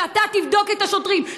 שאתה תבדוק את השוטרים,